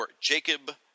Jacob